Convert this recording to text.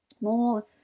more